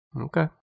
Okay